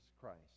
Christ